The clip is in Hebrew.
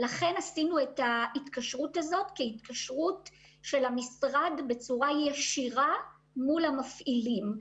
עשינו את ההתקשרות הזאת כהתקשרות של המשרד בצורה ישירה מול המפעילים.